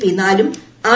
P നാലും R